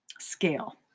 scale